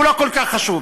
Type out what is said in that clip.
הוא לא כל כך חשוב,